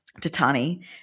Tatani